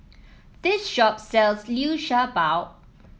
this shop sells Liu Sha Bao